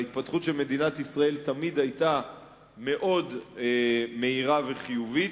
וההתפתחות של מדינת ישראל תמיד היתה מאוד מהירה וחיובית.